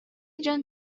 дьон